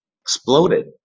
exploded